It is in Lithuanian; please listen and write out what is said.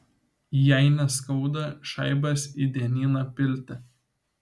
jai neskauda šaibas į dienyną pilti